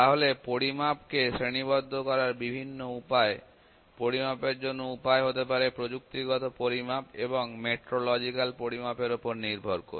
তাহলে পরিমাপ কে শ্রেণীবদ্ধ করার বিভিন্ন উপায় পরিমাপের অন্য উপায় হতে পারে প্রযুক্তিগত পরিমাপ এবং মেট্রোলজিকাল পরিমাপের ওপর নির্ভর করে